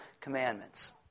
commandments